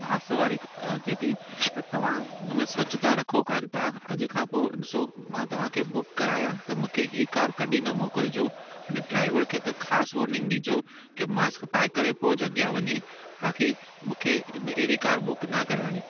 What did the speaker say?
बांस वारी अचे त तव्हां हुनमें स्वच्छता रखो कोन्ह था अॼु खां पोइ ॾिसो मां तव्हांखे बुक करायां त मुखे हीअ कार कॾहिं बि न मोकिलजो अने ड्राइवर खे त ख़ासि वॉर्निंग डिजो के मास्क पाए करे पोइ जो अॻियां वञे बाक़ी मूंखे हिन अहिड़ी कार बुक न कराइणी